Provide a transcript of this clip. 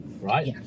right